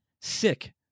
Sick